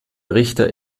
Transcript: richter